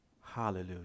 hallelujah